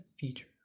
feature